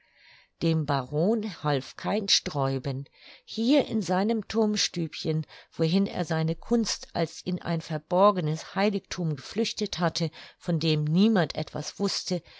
dem baron half kein sträuben hier in seinem thurmstübchen wohin er seine kunst als in ein verborgenes heiligthum geflüchtet hatte von dem niemand etwas wußte